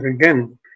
again